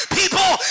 people